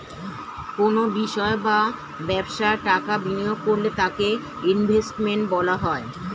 কোনো বিষয় বা ব্যবসায় টাকা বিনিয়োগ করলে তাকে ইনভেস্টমেন্ট বলা হয়